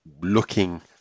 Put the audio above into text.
looking